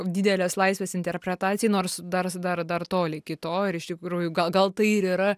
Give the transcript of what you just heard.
didelės laisvės interpretacijai nors dar dar dar toli iki to ir iš tikrųjų gal gal tai ir yra